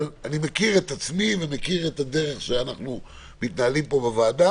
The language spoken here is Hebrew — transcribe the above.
אבל אני מכיר את עצמי ואת הדרך שאנחנו מתנהלים פה בוועדה